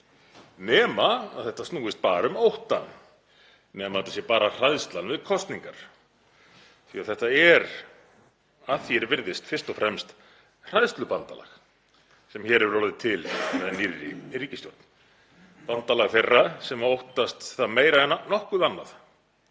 Nema þetta snúist bara um ótta, nema þetta sé bara hræðslan við kosningar því að þetta er að því er virðist fyrst og fremst hræðslubandalag sem hér hefur orðið til með nýrri ríkisstjórn, bandalag þeirra sem óttast það meira en nokkuð annað